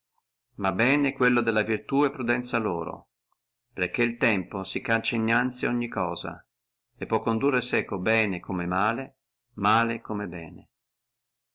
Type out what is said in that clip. sí bene quello della virtù e prudenza loro perché el tempo si caccia innanzi ogni cosa e può condurre seco bene come male e male come bene